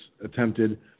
attempted